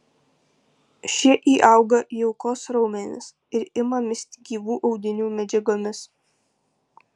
šie įauga į aukos raumenis ir ima misti gyvų audinių medžiagomis